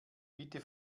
bitte